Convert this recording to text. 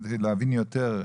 כדי להבין יותר,